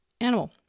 animal